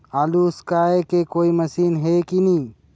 आलू उसकाय के कोई मशीन हे कि नी?